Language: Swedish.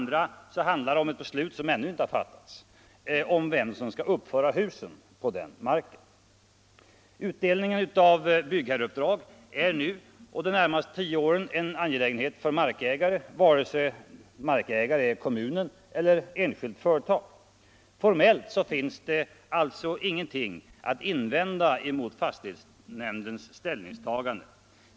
Dels handlar det om ett beslut som ännu inte har fattats, nämligen om vem som skall uppföra husen. Utdelningen av byggherreuppdragen är nu och de närmaste tio åren en angelägenhet för markägaren, vare sig denna är kommunen eller ett enskilt företag. Formellt finns det alltså ingenting att invända emot fastighetsnämndens ställningstagande.